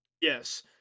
Yes